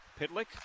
Pitlick